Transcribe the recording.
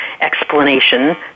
explanation